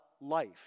life